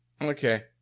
Okay